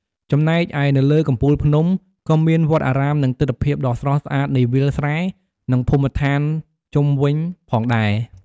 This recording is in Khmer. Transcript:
ចំណែកនៅលើកំពូលភ្នំ ក៏មានវត្តអារាម និងទិដ្ឋភាពដ៏ស្រស់ស្អាតនៃវាលស្រែ និងភូមិឋានជុំវិញផងដែរ។